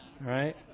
Right